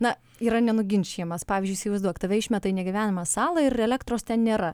na yra nenuginčijamas pavyzdžiui įsivaizduok tave išmeta į negyvenamą salą ir elektros ten nėra